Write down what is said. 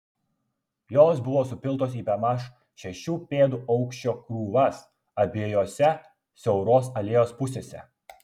jos buvo supiltos į bemaž šešių pėdų aukščio krūvas abiejose siauros alėjos pusėse